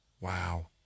Wow